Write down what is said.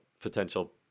potential